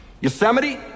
Yosemite